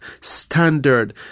standard